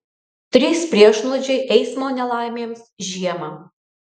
trys priešnuodžiai eismo nelaimėms žiemą